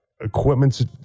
Equipments